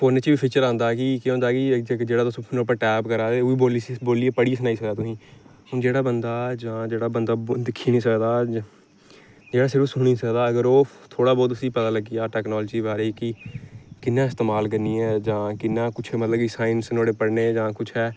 फोनै च बी फीचर आंदा कि केह् होंदा कि जेह्ड़ा तुस फोनै उप्पर टैप करा दे ओह् बी बोलियै पढ़ियै सनाई सकदे तुसेंगी हून जेह्ड़ा बंदा जां जेह्ड़ा बंदा दिक्खी निं सकदा जेह्ड़ा सिर्फ सुनी सकदा अगर ओह् थोह्ड़ा बौह्त उसी पता लग्गी जा टैकनालजी दे बारे च कि कियां इस्तमाल करनी ऐ जां कियां कुछ मतलब कि साईंस नुहाड़े पढ़ने जां जां कुछ ऐ